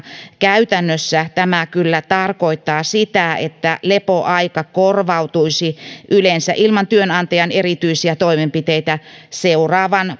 käytännössä tämä kyllä tarkoittaa sitä että lepoaika korvautuisi yleensä ilman työnantajan erityisiä toimenpiteitä seuraavan